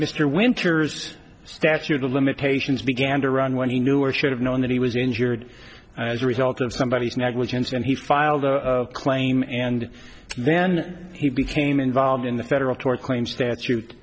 mr winters statute of limitations began to run when he knew or should have known that he was injured as a result of somebody's negligence and he filed a claim and then he became involved in the federal tort claims statute